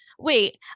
wait